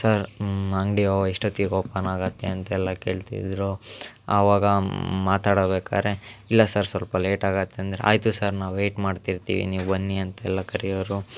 ತರ್ ಅಂಗಡಿ ಓ ಎಷ್ಟೊತ್ತಿಗೆ ಓಪನ್ ಆಗುತ್ತೆ ಅಂತೆಲ್ಲ ಕೇಳ್ತಿದ್ದರು ಆವಾಗ ಮಾತಾಡಬೇಕಾದ್ರೆ ಇಲ್ಲ ಸರ್ ಸ್ವಲ್ಪ ಲೇಟ್ ಆಗತ್ತೆ ಅಂದ್ರೆ ಆಯಿತು ಸರ್ ನಾವು ವೇಯ್ಟ್ ಮಾಡ್ತಿರ್ತೀವಿ ನೀವು ಬನ್ನಿ ಅಂತೆಲ್ಲ ಕರಿಯೋರು